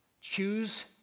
Choose